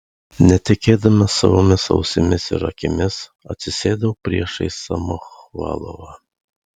netikėdama savomis ausimis ir akimis atsisėdau priešais samochvalovą